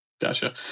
Gotcha